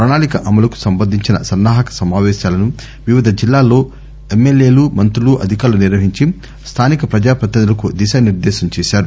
పణాళిక అమలుకు సంబంధించిన సన్నాహక సమావేశాలను వివిధ జిల్లాల్లో ఎంఎల్ఎలు మంతులు అధికార్లు నిర్వహించి స్థానిక ప్రపజాపతినిధులకు దిశానిర్దేశం చేశారు